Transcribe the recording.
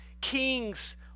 king's